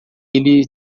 ele